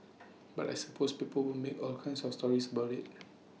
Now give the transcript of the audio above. but I suppose people will make all kinds of stories about IT